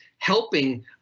helping